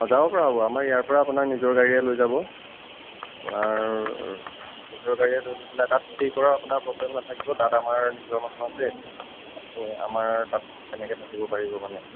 অঁ যাব পৰা হ'ব আমাৰ ইয়াৰ পৰা আপোনাক নিজৰ গাড়ীয়ে লৈ যাব আপোনাৰ নিজৰ গাড়ীয়ে লৈ গৈ পেলাই তাত ষ্টে' কৰাৰ আপোনাৰ প্ৰৱ্লেম নাথাকিব তাত আমাৰ নিজৰ মানুহ আছে আপুনি আমাৰ তাত তেনেকৈ থাকিব পাৰিব মানে